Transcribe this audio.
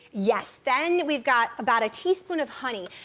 yes, then we've got about a teaspoon of honey.